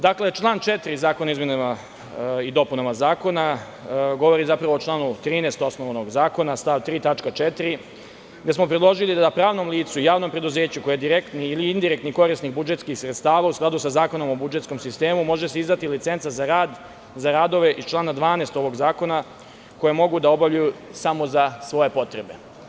Dakle, član 4. Zakona o izmenama i dopunama zakona govori zapravo o članu 13. osnovnog zakona, stav 3. tačka 4. gde smo predložili da pravnom licu javnom preduzeću koje je direktni ili indirektni korisnik budžetskih sredstava, u skladu sa Zakonom o budžetskom sistemu, može se izdati licenca za radove iz člana 12. ovog zakona, koje mogu da obavljaju samo za svoje potrebe.